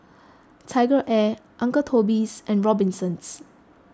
TigerAir Uncle Toby's and Robinsons